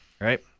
Right